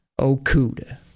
Okuda